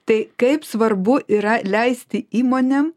tai kaip svarbu yra leisti įmonėm